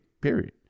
Period